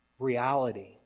reality